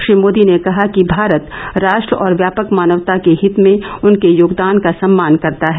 श्री मोदी ने कहा कि भारत राष्ट्र और व्यापक मानवता के हित में उनके योगदान का सम्मान करता है